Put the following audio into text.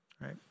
Right